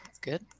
good